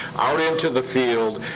out into the field,